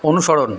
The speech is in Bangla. অনুসরণ